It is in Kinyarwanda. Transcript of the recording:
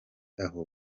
aho